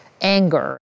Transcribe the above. anger